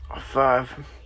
Five